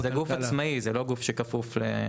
אבל זה גוף עצמאי, זה לא גוף שכפוף למשרד.